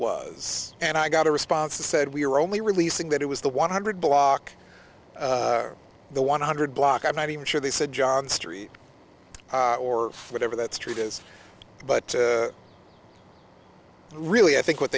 was and i got a response to said we're only releasing that it was the one hundred block of the one hundred block i'm not even sure they said john street or whatever that street is but really i think what